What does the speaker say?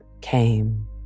came